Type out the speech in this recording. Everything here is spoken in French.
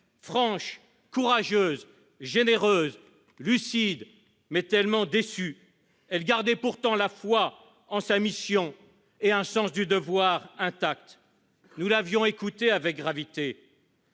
franche, courageuse, généreuse, lucide, mais tellement déçue, elle gardait pourtant la foi en sa mission et un sens du devoir intact. Nous l'avions écoutée avec gravité,